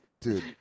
Dude